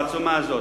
בעצומה הזאת,